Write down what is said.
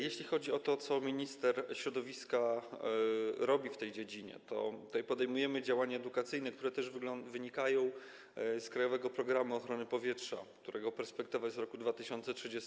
Jeśli chodzi o to, co minister środowiska robi w tej dziedzinie, to tutaj podejmujemy działania edukacyjne, które też wynikają z „Krajowego programu ochrony powietrza”, którego perspektywa jest do roku 2030.